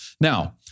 Now